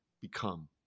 become